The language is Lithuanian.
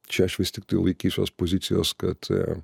čia aš vis tiktai laikysiuos pozicijos kad